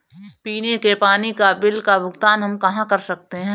पीने के पानी का बिल का भुगतान हम कहाँ कर सकते हैं?